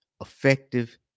effective